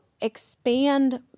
expand